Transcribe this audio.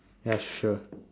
ya sure